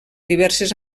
diverses